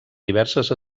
diverses